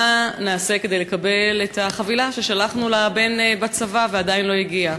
מה נעשה כדי לקבל את החבילה ששלחנו לבן בצבא ועדיין לא הגיעה?